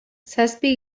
zazpi